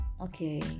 okay